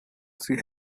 she